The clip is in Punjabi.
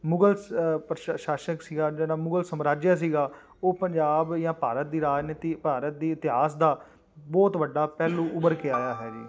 ਮੁਗਲ ਪ੍ਰਸ਼ਾਸਕ ਸੀਗਾ ਜਿਹੜਾ ਮੁਗਲ ਸਮਰਾਜਯ ਸੀਗਾ ਉਹ ਪੰਜਾਬ ਜਾਂ ਭਾਰਤ ਦੀ ਰਾਜਨੀਤੀ ਭਾਰਤ ਦੇ ਇਤਿਹਾਸ ਦਾ ਬਹੁਤ ਵੱਡਾ ਪਹਿਲੂ ਉੱਭਰ ਕੇ ਆਇਆ ਹੈ ਜੀ